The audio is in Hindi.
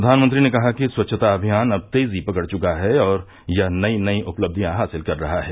प्रधानमंत्री ने कहा कि स्वच्छता अभियान अब तेजी पकड़ चुका है और यह नई नई उपलब्धियां हासिल कर रहा है